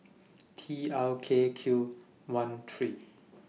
T R K Q one three